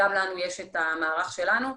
גם לנו יש את המערך שלנו.